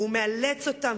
והוא מאלץ אותם,